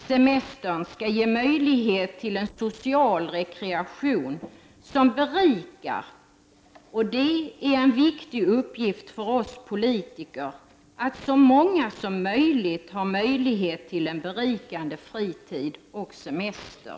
Semestern skall ge möjlighet till en social rekreation som berikar och det är en viktig uppgift för oss politiker, att så många som möjligt har möjlighet till en berikande fritid och semester.”